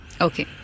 Okay